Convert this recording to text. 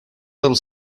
little